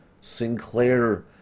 Sinclair